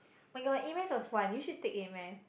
oh-my-god A-maths was fun you should take A-maths